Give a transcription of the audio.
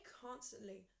constantly